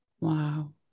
Wow